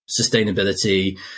sustainability